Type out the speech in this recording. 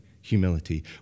humility